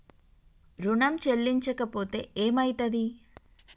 ఋణం చెల్లించకపోతే ఏమయితది?